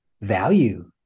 value